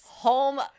home